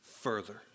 further